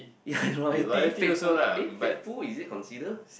ya and loyalty faithful eh faithful is consider